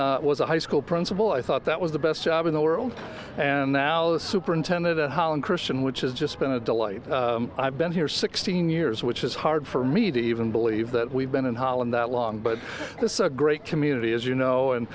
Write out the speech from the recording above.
i was a high school principal i thought that was the best job in the world and now the superintendent of holland christian which has just been a delight i've been here sixteen years which is hard for me to even believe that we've been in holland that long but this a great community as you know and